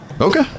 Okay